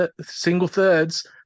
single-thirds